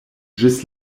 ĝis